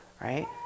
right